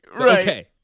Okay